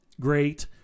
great